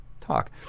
talk